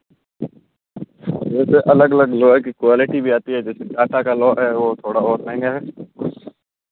वैसे अलग अलग लोहे कि क्वालिटी भी आती है जैसे आटा का लोहा है वह थोड़ा और महँगा है